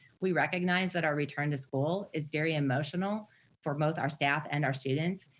we recognize that our return to school is very emotional for both our staff and our students,